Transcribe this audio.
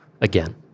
again